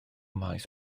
maes